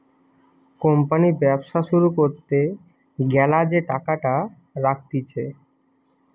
company ব্যবসা শুরু করতে গ্যালা যে টাকাটা রাখতিছে